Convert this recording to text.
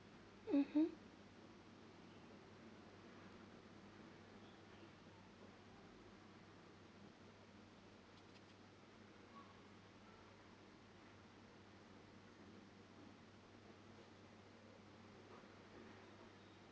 mmhmm